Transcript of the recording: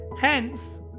hence